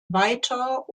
weiter